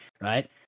right